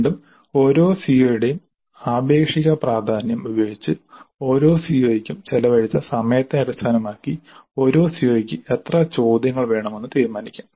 വീണ്ടും ഓരോ സിഒയുടെയും ആപേക്ഷിക പ്രാധാന്യം ഉപയോഗിച്ച് ഓരോ സിഒയ്ക്കും ചെലവഴിച്ച സമയത്തെ അടിസ്ഥാനമാക്കി ഒരു സിഒക്ക് എത്ര ചോദ്യങ്ങൾ വേണമെന്ന് തീരുമാനിക്കാം